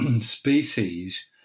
species